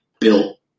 built